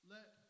Let